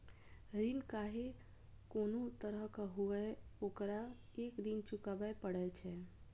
ऋण खाहे कोनो तरहक हुअय, ओकरा एक दिन चुकाबैये पड़ै छै